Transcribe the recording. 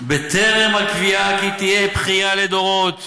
בטרם הקביעה כי תהיה בכייה לדורות